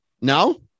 No